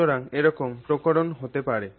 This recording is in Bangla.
সুতরাং এরকম প্রকরণ হতে পারে